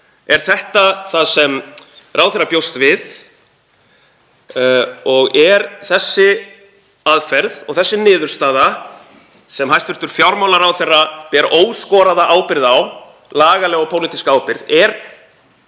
Er þetta það sem ráðherra bjóst við? Er þessi aðferð og þessi niðurstaða, sem hæstv. fjármálaráðherra ber óskoraða ábyrgð á, lagalega og pólitíska ábyrgð,